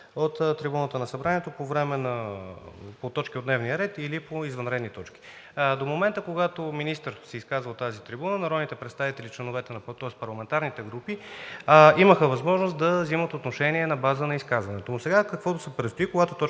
от трибуната на Събранието по точки от дневния ред или по извънредни точки. До момента, когато министър се изказва от тази трибуна, народните представители, тоест парламентарните групи, имаха възможност да вземат отношение на база на изказването. Но сега какво предстои,